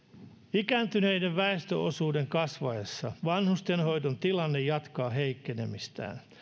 ikääntyneiden väestönosuuden kasvaessa vanhustenhoidon tilanne jatkaa heikkenemistään